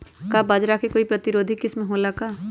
का बाजरा के कोई प्रतिरोधी किस्म हो ला का?